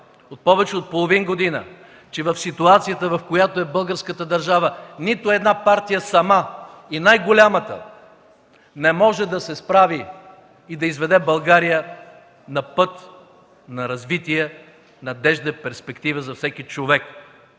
повече от половин година, че в ситуацията, в която е българската държава, нито една партия сама – и най-голямата, не може да се справи и да изведе България на път на развитие, надежда, перспектива за всеки човек.